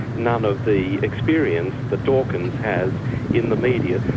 none of the experience that dawkins has in the media.